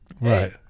right